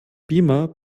beamer